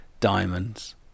Diamonds